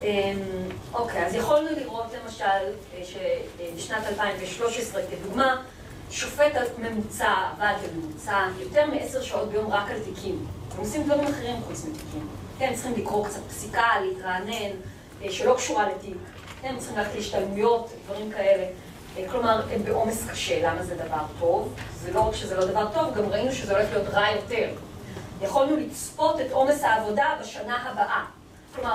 אוקיי, אז יכולנו לראות, למשל, שנת 2013, כדוגמה, שופט ממוצע, עבד בממוצע, יותר מעשר שעות ביום רק על תיקים. עושים דברים אחרים חוץ מתיקים, כן? צריכים לקרוא קצת פסיקה, להתרענן, שלא קשורה לתיק, כן? צריכים ללכת להשתלמויות, דברים כאלה. כלומר, הם בעומס קשה, למה זה דבר טוב? זה לא רק שזה לא דבר טוב, גם ראינו שזה הולך להיות רע יותר. יכולנו לצפות את עומס העבודה בשנה הבאה.